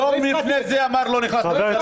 יום לפני זה אמר שלא נכנס לממשלה,